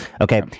Okay